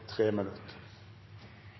Tre minutter